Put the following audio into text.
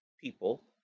people